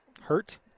hurt